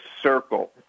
circle